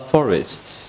Forests